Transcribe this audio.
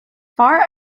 far